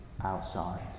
outside